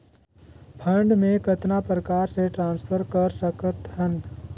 Fund मे कतना प्रकार से ट्रांसफर कर सकत हन?